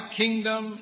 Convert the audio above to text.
kingdom